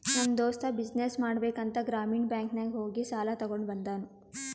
ನಮ್ ದೋಸ್ತ ಬಿಸಿನ್ನೆಸ್ ಮಾಡ್ಬೇಕ ಅಂತ್ ಗ್ರಾಮೀಣ ಬ್ಯಾಂಕ್ ನಾಗ್ ಹೋಗಿ ಸಾಲ ತಗೊಂಡ್ ಬಂದೂನು